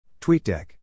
TweetDeck